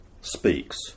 speaks